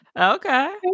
Okay